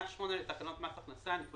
תיקון תקנה 81. בתקנה 8 לתקנות מס הכנסה (ניכויים